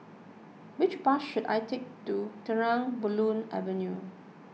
which bus should I take to Terang Bulan Avenue